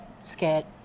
scared